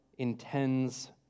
Intends